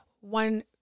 one